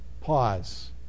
pause